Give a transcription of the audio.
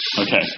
Okay